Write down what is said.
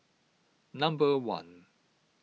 number one